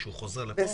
כשהוא חוזר לפה?